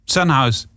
Sunhouse